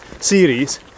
series